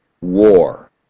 war